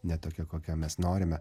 ne tokia kokia mes norime